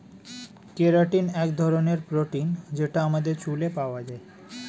keratin এক ধরনের protein যেটা আমাদের চুলে পাওয়া যায়